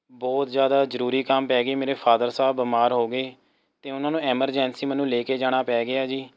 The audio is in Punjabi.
ਬਹੁਤ ਜ਼ਿਆਦਾ ਜ਼ਰੂਰੀ ਕੰਮ ਪੈ ਗਈ ਮੇਰੇ ਫਾਦਰ ਸਾਹਿਬ ਬਿਮਾਰ ਹੋ ਗਏ ਅਤੇ ਉਹਨਾਂ ਨੂੰ ਐਮਰਜੈਂਸੀ ਮੈਨੂੰ ਲੈ ਕੇ ਜਾਣਾ ਪੈ ਗਿਆ ਜੀ